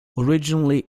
originally